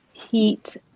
Heat